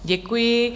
Děkuji.